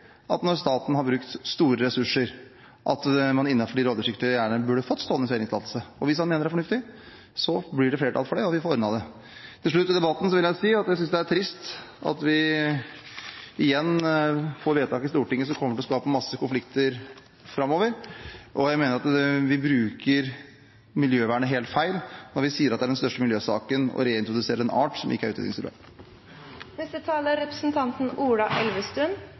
når staten har brukt store ressurser, at man innenfor de rovdyrsikre gjerdene burde fått stående fellingstillatelse? Og hvis han mener at det er fornuftig, så blir det flertall for det og vi få ordnet det. Til slutt i debatten vil jeg si at jeg synes det er trist at vi igjen får vedtak i Stortinget som kommer til å skape masse konflikter framover. Jeg mener at vi bruker miljøvernet helt feil når vi sier at det å reintrodusere en art som ikke er utrydningstruet, er den største miljøsaken. Representanten Ola Elvestuen